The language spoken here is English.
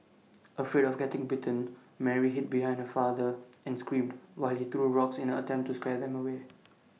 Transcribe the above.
afraid of getting bitten Mary hid behind her father and screamed while he threw rocks in an attempt to scare them away